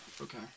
Okay